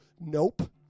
Nope